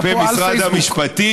על פייסבוק.